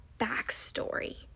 backstory